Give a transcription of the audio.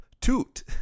toot